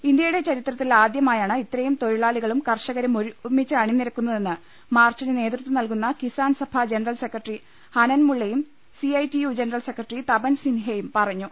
ഇന്തൃയുടെ ചരിത്രത്തിൽ ആദ്യമായാണ് ഇത്രയും തൊഴിലാളി കളും കർഷകരും ഒരുമിച്ച് അണിനിരക്കുന്നതെന്ന് മാർച്ചിന് നേതൃത്വം നല്കുന്ന കിസാൻ സഭ ജനറൽ സെക്രട്ടറി ഹനൻമു ള്ളയും C I T U general secretary Tapan സിൻഹയും പറഞ്ഞു